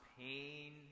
pain